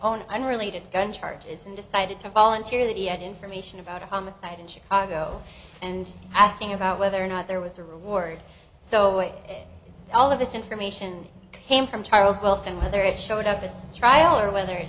own unrelated gun charges and decided to volunteer that he had information about a homicide in chicago and asking about whether or not there was a reward so all of this information came from charles wilson whether it showed up at trial or whether it